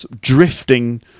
drifting